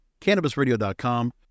CannabisRadio.com